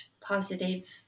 positive